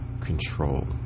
control